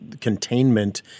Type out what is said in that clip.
containment